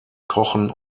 kochen